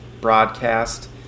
broadcast